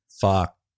fuck